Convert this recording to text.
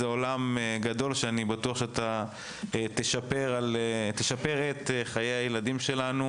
זה עולם גדול שאני בטוח שאתה תשפר את חיי הילדים שלנו